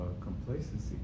complacency